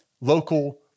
local